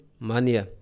mania